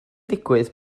digwydd